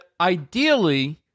ideally